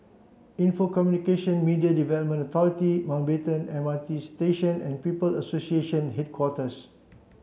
info Communication Media Development Authority Mountbatten M R T Station and People Association Headquarters